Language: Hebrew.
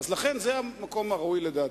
לכן זה המקום הראוי לדעתי.